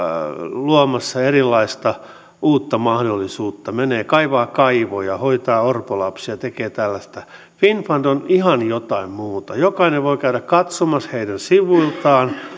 luomassa erilaista uutta mahdollisuutta menee kaivamaan kaivoja hoitaa orpolapsia tekee tällaista finnfund on ihan jotain muuta jokainen voi käydä katsomassa heidän sivuiltaan